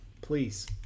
Please